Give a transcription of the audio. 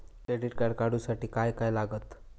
Credit card काढूसाठी काय काय लागत?